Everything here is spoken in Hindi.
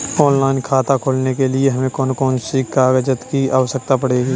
ऑनलाइन खाता खोलने के लिए हमें कौन कौन से कागजात की आवश्यकता पड़ेगी?